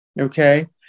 Okay